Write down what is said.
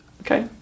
okay